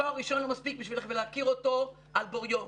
תואר ראשון לא מספיק בשביל ללכת ולהכיר אותו על בוריו.